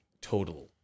total